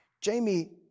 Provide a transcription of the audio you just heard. Jamie